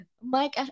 Mike